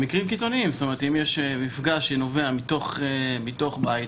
מדובר על מקרים קיצוניים של מפגע שנובע מתוך בית.